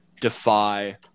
defy